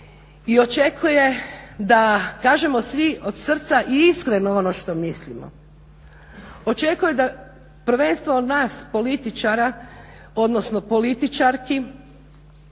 i očekuje da kažemo svi od srca i iskreno ono što mislimo. Očekuje prvenstveno od nas političara, odnosno političarki